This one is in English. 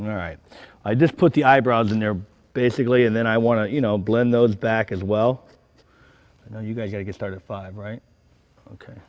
right i just put the eyebrows in there basically and then i want to you know blend those back as well you know you got to get started five right ok